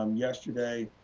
um yesterday,